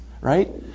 right